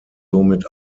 somit